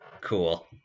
Cool